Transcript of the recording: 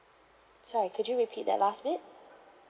sorry could you repeat that last bit